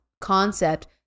concept